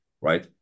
Right